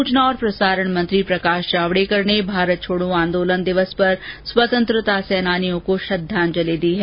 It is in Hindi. सूचना और प्रसारण मंत्री प्रकाश जावडेकर ने भारत छोड़ो आंदोलन दिवस पर स्वतंत्रता सेनानियों को श्रद्वांजलि दी है